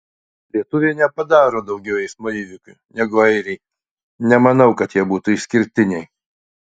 lietuviai nepadaro daugiau eismo įvykių negu airiai nemanau kad jie būtų išskirtiniai